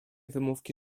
wymówki